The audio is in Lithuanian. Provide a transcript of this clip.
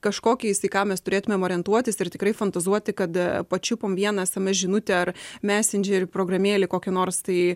kažkokiais į ką mes turėtumėm orientuotis ir tikrai fantazuoti kad pačiupom vieną sms žinutę ar messenger programėlėj kokį nors tai